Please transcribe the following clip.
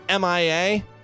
mia